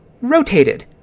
rotated